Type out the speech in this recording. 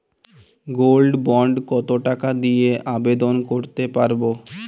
Gold bond কত টাকা দিয়ে আবেদন করতে পারবো?